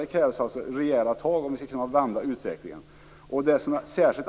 Det krävs rejäla tag om vi skall kunna vända utvecklingen.